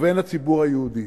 ובין הציבור היהודי.